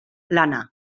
lana